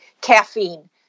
caffeine